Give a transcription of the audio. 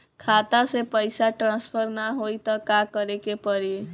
खाता से पैसा टॉसफर ना होई त का करे के पड़ी?